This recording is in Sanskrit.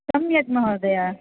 सम्यक् महोदय